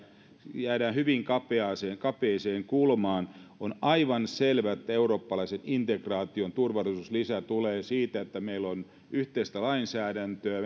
hyvin kapeaan kulmaan on aivan selvää että eurooppalaisen integraation turvallisuuslisä tulee siitä että meillä on yhteistä lainsäädäntöä